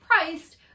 priced